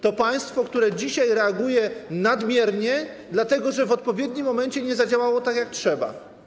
To państwo, które dzisiaj reaguje nadmiernie, dlatego że w odpowiednim momencie nie zadziałało jak trzeba.